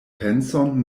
penson